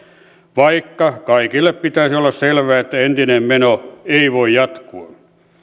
vaikka kaikille pitäisi olla selvää että entinen meno ei voi jatkua